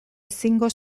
ezingo